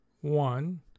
One